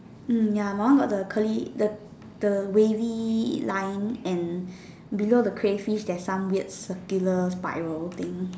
mm ya my one got the curly the the wavy line and below the crayfish there's some weird circular spiral thing